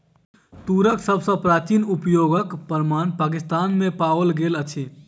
तूरक सभ सॅ प्राचीन उपयोगक प्रमाण पाकिस्तान में पाओल गेल अछि